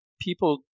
people